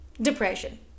Depression